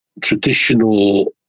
traditional